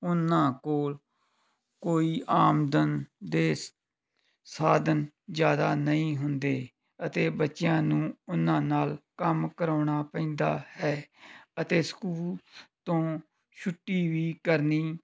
ਉਹਨਾਂ ਕੋਲ ਕੋਈ ਆਮਦਨ ਦੇ ਸਾਧਨ ਜ਼ਿਆਦਾ ਨਹੀਂ ਹੁੰਦੇ ਅਤੇ ਬੱਚਿਆਂ ਨੂੰ ਉਹਨਾਂ ਨਾਲ ਕੰਮ ਕਰਵਾਉਣਾ ਪੈਂਦਾ ਹੈ ਅਤੇ ਸਕੂਲ ਤੋਂ ਛੁੱਟੀ ਵੀ ਕਰਨੀ